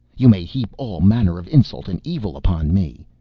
you may heap all manner of insult and evil upon me,